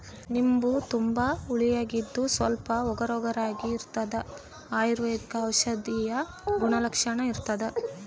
ನಿಂಬು ತುಂಬಾ ಹುಳಿಯಾಗಿದ್ದು ಸ್ವಲ್ಪ ಒಗರುಒಗರಾಗಿರಾಗಿರ್ತದ ಅಯುರ್ವೈದಿಕ ಔಷಧೀಯ ಗುಣಲಕ್ಷಣ ಇರ್ತಾದ